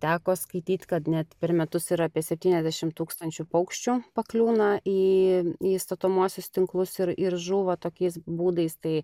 teko skaityt kad net per metus yra apie septyniasdešim tūkstančių paukščių pakliūna į į statomuosius tinklus ir ir žūva tokiais būdais tai